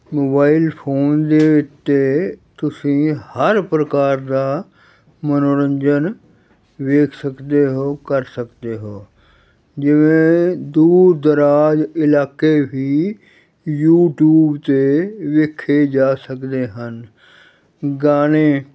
mobile phone ਦੇ ਉੱਤੇ ਤੁਸੀਂ ਹਰ ਪ੍ਰਕਾਰ ਦਾ ਮਨੋਰੰਜਨ ਵੇਖ ਸਕਦੇ ਹੋ ਕਰ ਸਕਦੇ ਹੋ ਜਿਵੇਂ ਦੂਰ ਦੋਰਾਜ ਇਲਾਕੇ ਹੀ ਯੂਟੀਊਬ 'ਤੇ ਵੇਖੇ ਜਾ ਸਕਦੇ ਹਨ ਗਾਣੇ